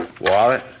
wallet